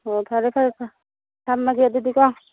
ꯑꯣ ꯐꯔꯦ ꯐꯔꯦ ꯊꯝꯃꯒꯦ ꯑꯗꯨꯗꯤꯀꯣ